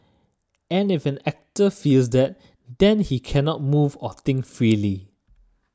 and if an actor feels that then he cannot move or think freely